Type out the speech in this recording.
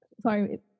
sorry